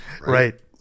Right